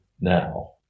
now